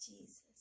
Jesus